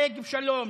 שגב שלום,